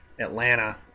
Atlanta